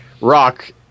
rock